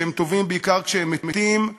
שהם טובים בעיקר כשהם מתים,